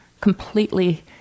completely